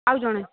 ଆଉ ଜଣେ